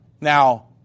Now